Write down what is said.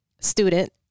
student